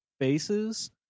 faces